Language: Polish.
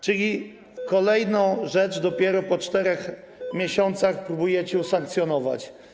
Czyli kolejną rzecz dopiero po 4 miesiącach próbujecie usankcjonować.